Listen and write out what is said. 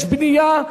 יש בנייה,